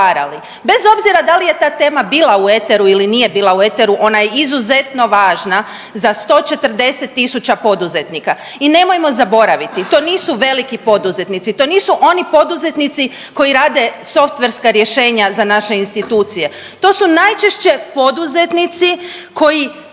bez obzira da li je ta tema bila u eteru ili nije bila u eteru ona je izuzetno važna za 140 000 poduzetnika. I nemojmo zaboraviti to nisu veliki poduzetnici. To nisu oni poduzetnici koji rade softverska rješenja za naše institucije. To su najčešće poduzetnici koji